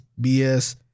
BS